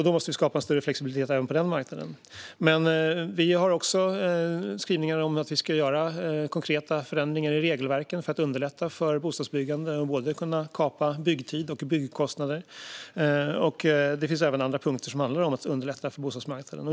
Då måste vi skapa en större flexibilitet även på denna marknad. Men vi har också skrivningar om att vi ska göra konkreta förändringar i regelverken för att underlätta för bostadsbyggande och kunna kapa både byggtider och byggkostnader. Det finns även andra punkter som handlar om att underlätta för bostadsmarknaden.